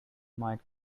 might